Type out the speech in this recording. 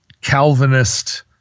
Calvinist